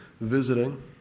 visiting